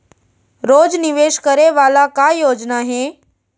रोज निवेश करे वाला का योजना हे?